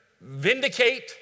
vindicate